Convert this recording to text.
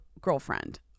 girlfriend